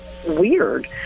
Weird